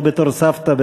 לא בתור סבתא,